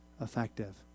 effective